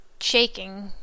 shaking